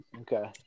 Okay